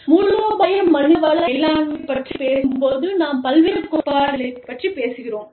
மூலோபாய மனித வள மேலாண்மை பற்றிப் பேசும்போது நாம் பல்வேறு கோட்பாடுகளைப் பற்றிப் பேசுகிறோம்